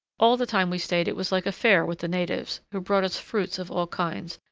all the time we stayed it was like a fair with the natives, who brought us fruits of all kinds,